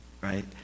right